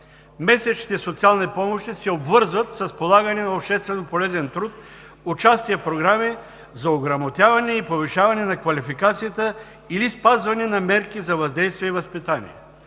Месечните социални помощи се обвързват с полагане на общественополезен труд, участие в програми за ограмотяване и повишаване на квалификацията или спазване на мерки за въздействие и възпитание.